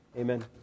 Amen